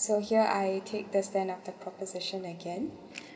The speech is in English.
so here I take the stance of the proposition again